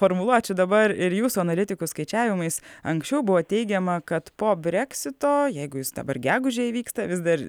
formuluočių dabar ir jūsų analitikų skaičiavimais anksčiau buvo teigiama kad po breksito jeigu jis dabar gegužę įvyksta vis dar